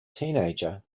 teenager